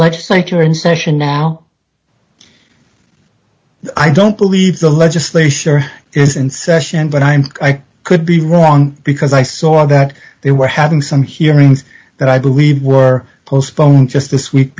legislature in session now i don't believe the legislature is in session but i'm could be wrong because i saw that they were having some hearings that i believe were postponed just this week